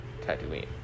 Tatooine